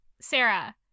Sarah